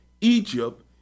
Egypt